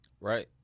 Right